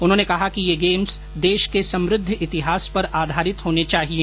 उन्होंने कहा कि ये गेम्स देश ँके समृद्ध इतिहास पर आधारित होने चाहिए